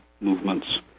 movements